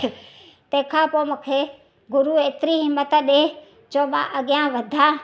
तंहिंखां पोइ मूंखे गुरू एतिरी हिमत ॾिए जो मां अॻियां वधां